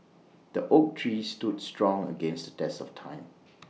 the oak tree stood strong against test of time